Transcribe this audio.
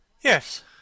Yes